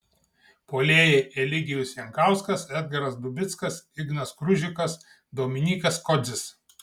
puolėjai eligijus jankauskas edgaras dubickas ignas kružikas dominykas kodzis